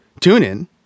TuneIn